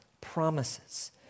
promises